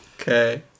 Okay